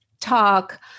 talk